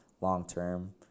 long-term